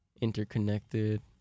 Interconnected